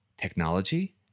Technology